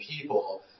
people